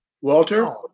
Walter